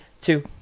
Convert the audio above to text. two